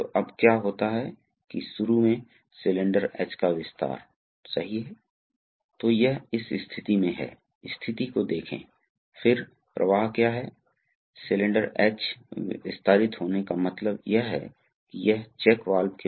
तो यह एक सरल प्रेशर रिलीज वाल्व है इसलिए आप देखते हैं कि यह इनलेट है यह इनलेट है इसलिए बहुत सरल है यह नाली है सही है